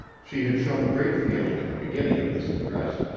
she had shown great feeling at the beginning of this address,